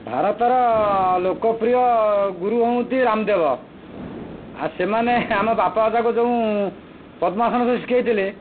ଭାରତର ଲୋକପ୍ରିୟ ଗୁରୁ ହୁଅନ୍ତି ରାମଦେବ ଆଉ ସେମାନେ ଆମ ବାପା ଅଜାକୁ ଯେଉଁ ପଦ୍ମାସନ ଶିଖେଇ ଥିଲେ